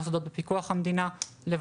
המוסדות שנמצאות תחת פיקוח המדינה ולוודא